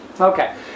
Okay